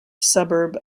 suburb